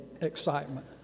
excitement